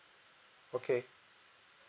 okay